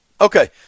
Okay